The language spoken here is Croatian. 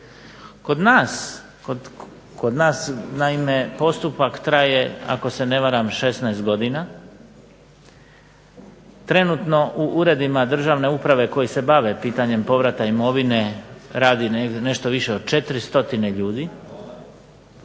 Kod nas naime postupak traje ako se ne varam 16 godina. Trenutno u uredima državne uprave koji se bave pitanjem povrata imovine radi nešto više od 400 ljudi,